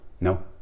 No